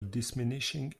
diminishing